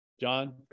John